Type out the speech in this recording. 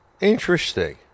Interesting